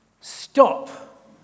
stop